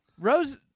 Rose